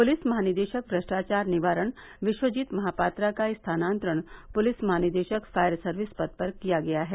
police महानिदेशक भ्रष्टाचार निवारण विश्वजीत महापात्रा का स्थानान्तरण पुलिस महानिदेशक फायर सर्विस पद पर किया गया है